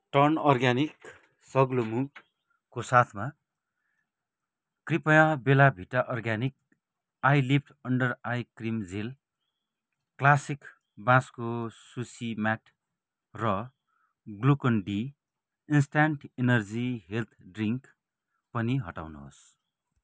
turn organic सग्लो मुङ्गको साथमा कृपया Bella Vita organic eye lift under eye cream gel classic बाँसको सुसी म्याट र Glucon D instant energy health drink पनि हटाउनुहोस्